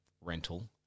rental